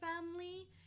family